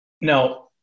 Now